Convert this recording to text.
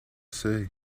say